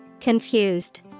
Confused